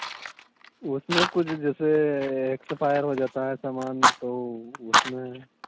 उसमें कुछ जैसे एक्सपायर हो जाता है सामान तो उसमें